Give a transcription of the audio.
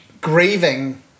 grieving